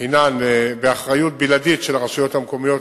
הם באחריות בלעדית של הרשות המקומית,